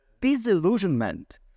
disillusionment